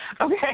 Okay